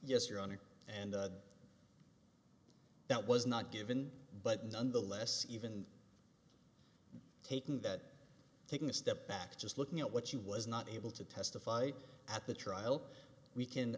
yes your honor and that was not given but nonetheless even taking that taking a step back just looking at what she was not able to testify at the trial we can